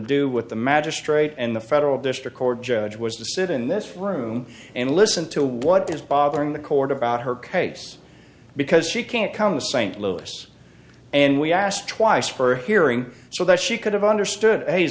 do with the magistrate and the federal district court judge was to sit in this room and listen to what is bothering the court about her case because she can't come the st louis and we asked twice for hearing so that she could have understood